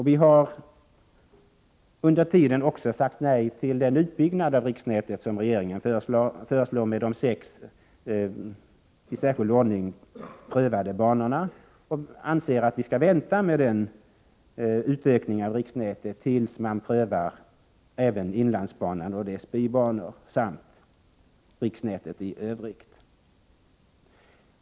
Vi har under tiden också sagt nej till den utbyggnad av riksnätet som regeringen föreslår med de sex i särskild ordning prövade banorna. Vi anser att man skall vänta med den utbyggnaden av riksnätet tills man prövat även inlandsbanan och dess bibanor samt riksnätet i övrigt.